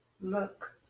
look